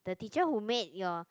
the teacher who made your